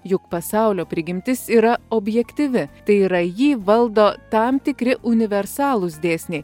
juk pasaulio prigimtis yra objektyvi tai yra jį valdo tam tikri universalūs dėsniai